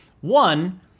One